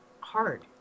hard